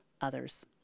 others